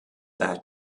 that